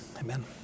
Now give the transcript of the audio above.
amen